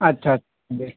আচ্ছা বেশ